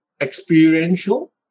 experiential